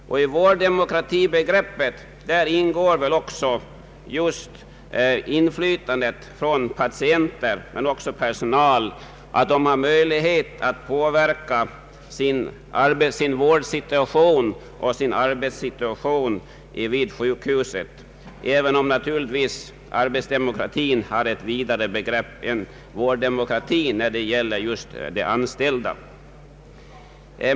I vårddemokratibegreppet ingår just inflytandet från patienter men också från personal — deras möjlighet att påverka sin vårdsituation och sin arbetssituation vid sjukhusen, även om arbetsdemokratin naturligtvis är ett vidare begrepp än vårddemokrati, när det gäller de anställda.